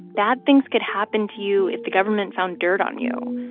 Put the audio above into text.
bad things could happen to you if the government found dirt on you.